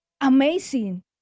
amazing